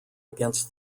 against